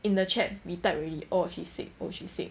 in the chat we type already oh she's sick oh she's sick